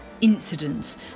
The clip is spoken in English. incidents